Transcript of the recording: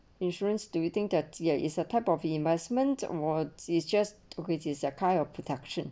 insurance do you think that there is a type of reimbursement war is just too which is a kind of protection